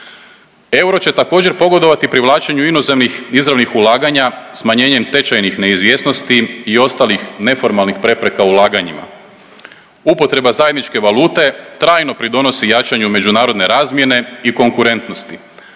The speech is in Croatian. Euro će također, pogodovati privlačenju inozemnih izravnih ulaganja smanjenjem tečajnih neizvjesnosti i ostalih neformalnih prepreka ulaganjima. Upotreba zajedničke valute trajno pridonosi jačanju međunarodne razmjene i konkurentnosti.